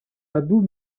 abou